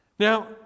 Now